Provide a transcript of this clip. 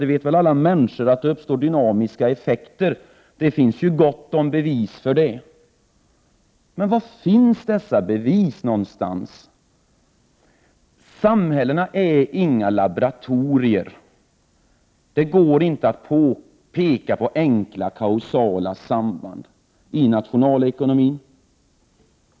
Det vet väl alla människor att det uppstår dynamiska effekter — det finns ju gott om bevis för det, tycks man vilja säga. Men var någonstans finns bevisen för det? Samhällena är inga laboratorier. Det går inte att visa på enkla kausala samband i nationalekonomin.